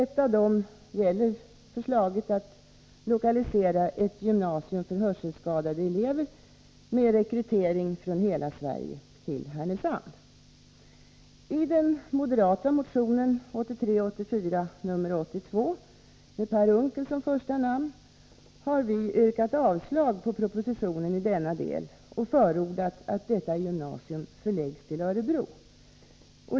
Ett av dem gäller förslaget att lokalisera ett gymnasium för hörselskadade elever — med rekrytering från hela Sverige — till Härnösand. I den moderata motionen 1983/84:82 med Per Unckel som första namn har vi yrkat avslag på propositionen i denna del och förordat att detta gymnasium förläggs till Örebro.